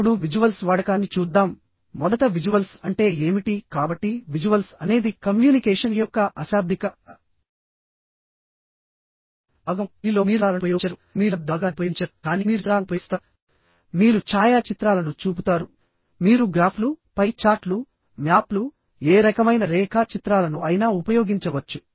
ఇప్పుడు విజువల్స్ వాడకాన్ని చూద్దాం మొదట విజువల్స్ అంటే ఏమిటి కాబట్టి విజువల్స్ అనేది కమ్యూనికేషన్ యొక్క అశాబ్దిక భాగందీనిలో మీరు పదాలను ఉపయోగించరుమీరు శబ్ద భాగాన్ని ఉపయోగించరుకానీ మీరు చిత్రాలను ఉపయోగిస్తారు మీరు ఛాయాచిత్రాలను చూపుతారు మీరు గ్రాఫ్లు పై చార్ట్లు మ్యాప్లు ఏ రకమైన రేఖాచిత్రాలను అయినా ఉపయోగించవచ్చు